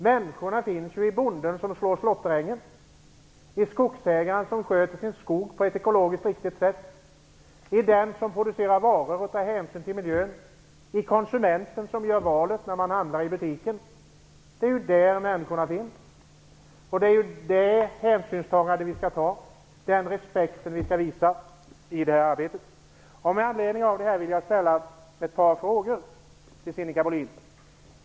Människorna representeras ju av bonden som slår slåtterängen, skogsägaren som sköter sin skog på ett ekologiskt riktigt sätt, producenten som vid sin produktion av varor tar hänsyn till miljön och konsumenten som gör valet när denne handlar i butiken. Det är där människorna finns, och det är det hänsynstagandet vi skall göra. Det är den respekten vi skall visa i det här arbetet. Med anledning av det här vill jag ställa ett par frågor till Sinikka Bohlin.